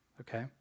okay